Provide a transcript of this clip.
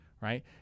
right